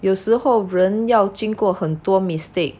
有时候人要经过很多 mistake